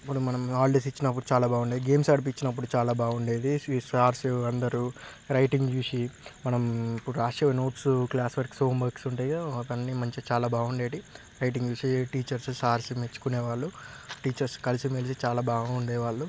మనం మనం హాలిడేస్ ఇచ్చినప్పుడు చాలా బాగుండేది గేమ్స్ ఆడించినపుడు చాలా బాగుండేది సార్సు అందరూ రైటింగ్ చూసి మనం ఇప్పుడు వ్రాసే notes class works home works ఉంటాయి కదా అవన్నీ మంచిగా చాలా బాగుండేవి రైటింగ్ చూసి టీచర్స్ సార్స్ మెచ్చుకొనేవాళ్ళు టీచర్స్ కలిసిమెలిసి చాలా బాగుండేవాళ్ళు